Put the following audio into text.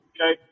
Okay